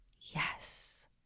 yes